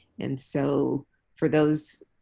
and so for those